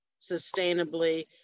sustainably